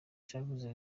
cavuze